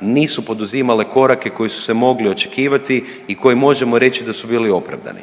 nisu poduzimale korake koji su se mogli očekivati i koje možemo reći da su bili opravdani.